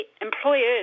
employers